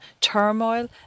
turmoil